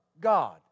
God